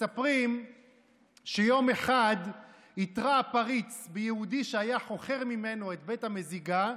מספרים שיום אחד התרה הפריץ ביהודי שהיה חוכר ממנו את בית המזיגה.